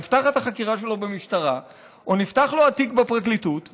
נפתחת החקירה שלו במשטרה או נפתח לו התיק בפרקליטות,